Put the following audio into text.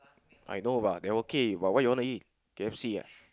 I know lah they okay but you wanna eat K_F_C ah